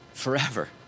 forever